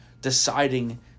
deciding